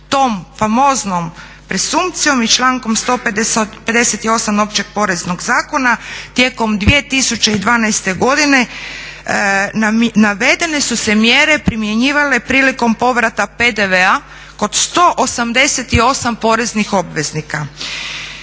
tom famoznom presumpcijom i člankom 158. Općeg poreznog zakona tijekom 2012. godine navedene su se mjere primjenjivale prilikom povrata PDV-a kod 188 poreznih obveznika.